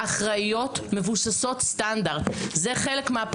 חזרו על זה כל כך הרבה פעמים שזה כבר נהיה חלק ממני.